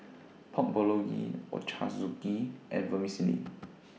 Pork Bulgogi Ochazuke and Vermicelli